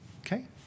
Okay